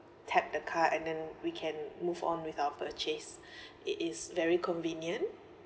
tap the card and then we can move on with our purchase it is very convenient